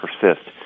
persist